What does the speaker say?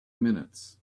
minutes